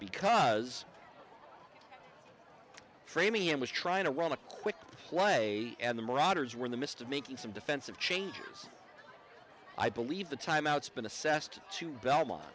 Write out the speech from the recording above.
because framingham was trying to run a quick play and the marauders were in the midst of making some defensive changes i believe the timeouts been assessed to belmont